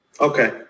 Okay